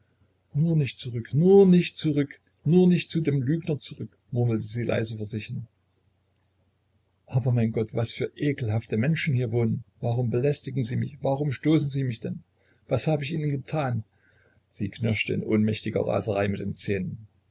nur nicht zurück nur nicht zurück nur nicht zu dem lügner zurück murmelte sie leise vor sich hin aber mein gott was für ekelhafte menschen hier wohnen warum belästigen sie mich warum stoßen sie mich denn was hab ich ihnen getan sie knirschte in ohnmächtiger raserei mit den zähnen